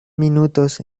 minutos